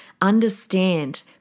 understand